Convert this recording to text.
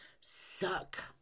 suck